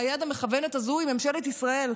והיד המכוונת הזו היא ממשלת ישראל,